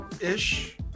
ish